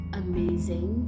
amazing